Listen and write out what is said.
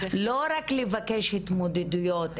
לא רק לבקש התמודדויות,